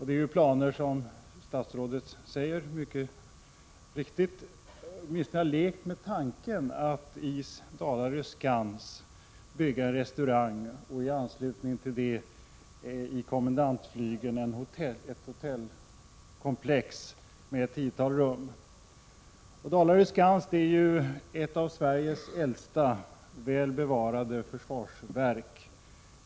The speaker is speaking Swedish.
Det är planer som tyder på att man åtminstone lekt med tanken att i Dalarö Skans bygga en restaurang och i anslutning till den ett hotellkomplex med ett tiotal rum i kommendantflygeln. Dalarö Skans är ett av Sveriges äldsta, väl bevarade försvarsverk.